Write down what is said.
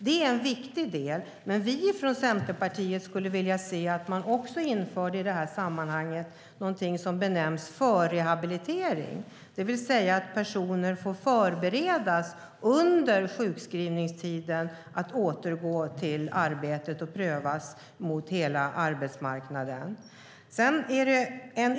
Men vi från Centerpartiet skulle också vilja se att man i detta sammanhang införde någonting som benämns "förrehabilitering", det vill säga att personer får förberedas under sjukskrivningstiden för att återgå till arbete och prövas mot hela arbetsmarknaden.